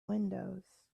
windows